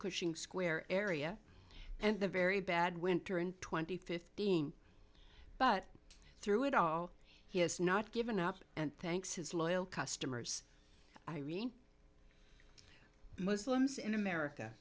cushing square area and the very bad winter in twenty fifteen but through it all he has not given up and thanks his loyal customers i mean muslims in america